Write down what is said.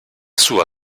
sua